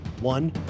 one